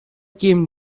came